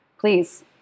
please